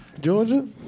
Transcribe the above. Georgia